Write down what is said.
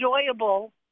enjoyable